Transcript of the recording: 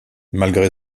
malgré